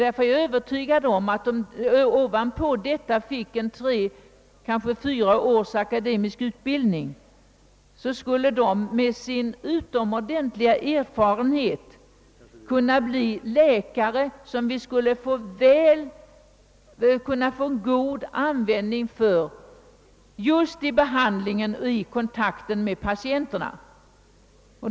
Därför är jag övertygad om att om de fick tre—fyra års akademisk utbildning skulle de med sin utomordentliga erfarenhet kunna bli läkare, som vi skulle få god användning för just i behandlingen av och kontakten med patienterna.